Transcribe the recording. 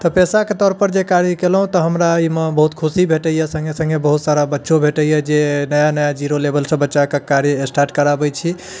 तऽ पेसाके तौर पर जे कार्य कयलहुँ तऽ हमरा एहिमे बहुत खुशी भेटैए सङ्गे सङ्गे बहुत सारा बच्चो भेटैए जे नया नया जीरो लेवलसँ बच्चा कऽ कार्य स्टार्ट कराबैत छी